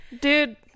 dude